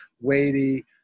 weighty